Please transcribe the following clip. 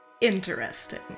interesting